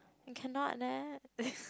cannot leh